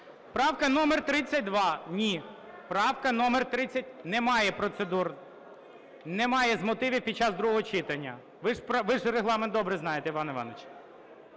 Правка номер 32. Ні. Правка номер… Ні, немає процедур. Немає з мотивів під час другого читання, ви ж Регламент добре знаєте, Іване Івановичу.